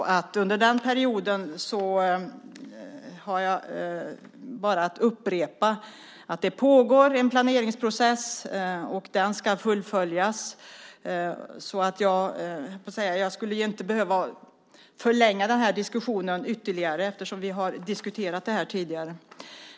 Jag har bara att upprepa att det under den perioden pågått en planeringsprocess, och den ska fullföljas. Jag skulle inte behöva förlänga den här diskussionen ytterligare eftersom vi har diskuterat det här tidigare.